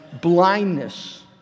blindness